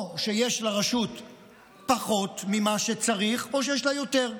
או שיש לרשות פחות ממה שצריך או שיש לה יותר.